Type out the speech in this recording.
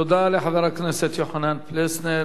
תודה לחבר הכנסת יוחנן פלסנר.